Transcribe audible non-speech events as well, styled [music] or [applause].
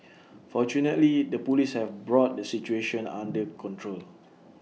[noise] fortunately the Police have brought the situation under control